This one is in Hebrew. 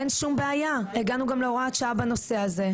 אין שום בעיה, הגענו גם להוראת שעה בנושא הזה.